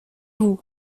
vous